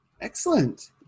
Excellent